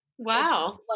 wow